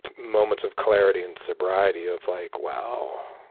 moments of clarity and sobriety of like, wow.